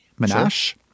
Menashe